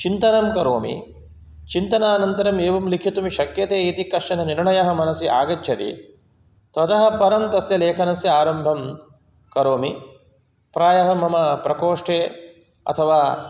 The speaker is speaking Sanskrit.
चिन्तनं करोमि चिन्तनानन्तरम् एवं लेखितुं शक्यते इति कश्चननिर्णयः मनसि आगच्छति ततः परं तस्य लेखनस्य आरम्भं करोमि प्रायः मम प्रकोष्ठे अथवा